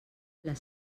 les